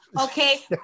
okay